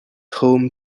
home